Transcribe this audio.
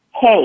Hey